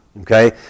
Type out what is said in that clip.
Okay